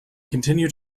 continued